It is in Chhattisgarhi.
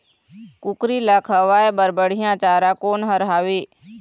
कुकरी ला खवाए बर बढीया चारा कोन हर हावे?